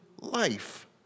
life